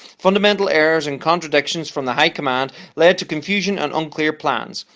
fundamental errors and contradictions from the high command led to confusion and unclear plans.